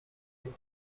into